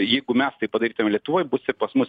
jeigu mes taip padartyumėm lietuvoj bus ir pas mus